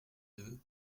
deux